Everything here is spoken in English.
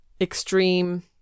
extreme